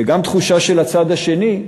וגם תחושה של הצד השני,